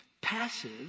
Passive